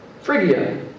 Phrygia